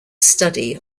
study